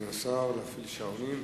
כבוד היושב-ראש, הרב מקלב, כבוד